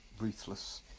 ruthless